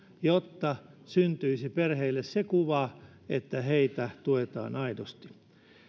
jotta syntyisi perheille se kuva että heitä tuetaan aidosti